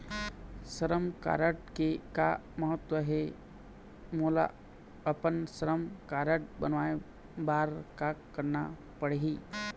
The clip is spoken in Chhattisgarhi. श्रम कारड के का महत्व हे, मोला अपन श्रम कारड बनवाए बार का करना पढ़ही?